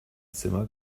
zimmer